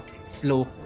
slow